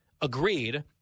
agreed